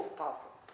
powerful